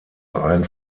ein